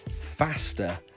faster